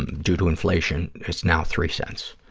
and due to inflation, it's now three cents.